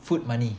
food money